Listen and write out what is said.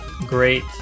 Great